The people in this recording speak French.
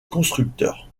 constructeur